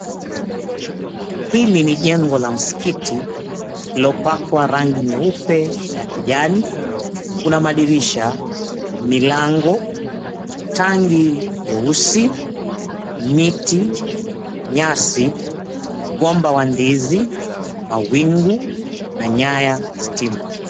Hili ni jengo la msikiti lililopakwa rangi nyeupe na ya kijani. Kuna madirisha, milango, tanki jeusi, miti, nyasi, mgomba wa ndizi, mawingu na nyaya ya stima.